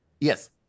Yes